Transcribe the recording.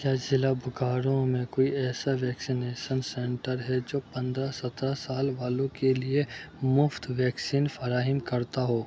کیا ضلع بوکارو میں کوئی ایسا ویکسینیشن سنٹر ہے جو پندرہ سترہ سال والوں کے لیے مفت ویکسین فراہم کرتا ہو